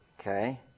okay